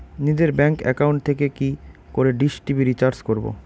নিজের bank account থেকে কি করে ডিশ টি.ভি রিচার্জ করবো?